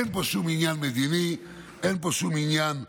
אין פה שום עניין מדיני, אין פה שום עניין לאומני,